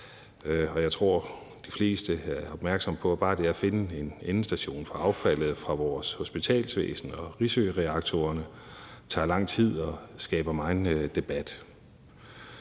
jeg tror, at de fleste er opmærksom på, at bare det at finde en endestation for affaldet fra vores hospitalsvæsen og Risøreaktorerne tager lang tid og skaber megen debat.